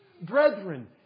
Brethren